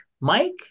Mike